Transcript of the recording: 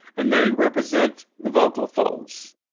and they represent the vocal folds,